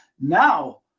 Now